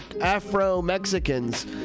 Afro-Mexicans